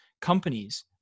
companies